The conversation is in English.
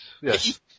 yes